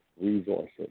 resources